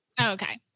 okay